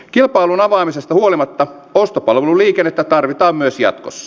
kilpailun avaamisesta huolimatta ostopalveluliikennettä tarvitaan myös jatkossa